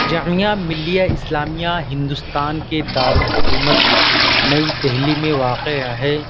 جامعہ ملیہ اسلامیہ ہندوستان کے دارالحکومت نئی دہلی میں واقع ہے